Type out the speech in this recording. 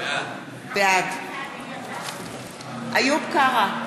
בעד איוב קרא,